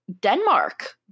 Denmark